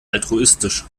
altruistisch